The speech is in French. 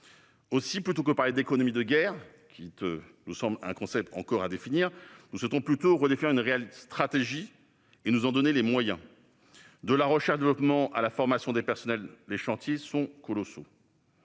défense. Plutôt que de parler d'« économie de guerre », qui nous semble un concept à préciser, nous devons redéfinir une stratégie et nous en donner les moyens. De la recherche-développement à la formation des personnels, les chantiers sont colossaux.